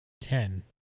Ten